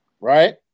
Right